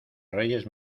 reyes